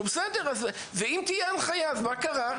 ואם תהיה הנחיה, אז מה קרה?